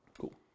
Cool